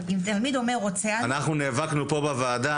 אם תלמיד אומר רוצה אני --- אנחנו נאבקנו פה בוועדה